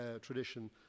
tradition